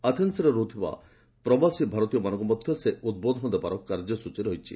ଆଥେନ୍ସରେ ରହୁଥିବା ପ୍ରବାସୀ ଭାରତୀୟମାନଙ୍କୁ ମଧ୍ୟ ସେ ଉଦ୍ବୋଧନ ଦେବାର କାର୍ଯ୍ୟସୂଚୀ ରହିଛି